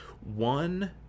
One